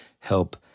help